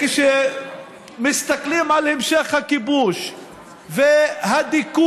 שכשמסתכלים על המשך הכיבוש והדיכוי